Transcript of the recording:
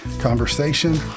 conversation